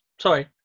Sorry